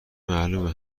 معلومه